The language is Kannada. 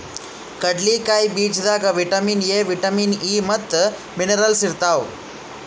ಕಡ್ಲಿಕಾಯಿ ಬೀಜದಾಗ್ ವಿಟಮಿನ್ ಎ, ವಿಟಮಿನ್ ಇ ಮತ್ತ್ ಮಿನರಲ್ಸ್ ಇರ್ತವ್